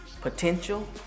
potential